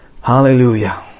Hallelujah